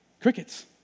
Crickets